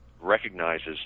recognizes